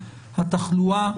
התחלואה,